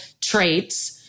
traits